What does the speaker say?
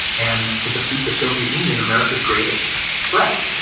and to defeat the soviet union, america's greatest threat.